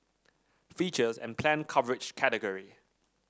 features and planned coverage category